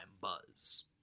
buzz